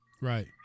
Right